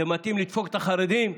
זה מתאים לדפוק את החרדים?